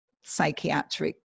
psychiatric